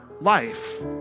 life